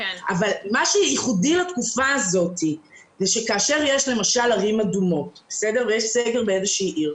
אבל מה שייחודי לתקופה הזאת שכאשר יש ערים אדומות ויש סגר באיזו עיר,